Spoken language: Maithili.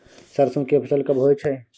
सरसो के फसल कब होय छै?